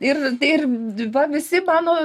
ir ir di va visi mano